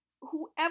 whoever